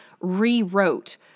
rewrote